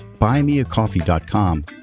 buymeacoffee.com